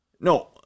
No